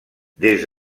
des